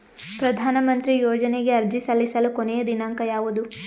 ಪ್ರಧಾನ ಮಂತ್ರಿ ಯೋಜನೆಗೆ ಅರ್ಜಿ ಸಲ್ಲಿಸಲು ಕೊನೆಯ ದಿನಾಂಕ ಯಾವದು?